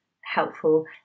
helpful